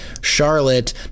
Charlotte